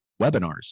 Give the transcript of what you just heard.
webinars